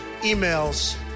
emails